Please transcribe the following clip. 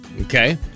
Okay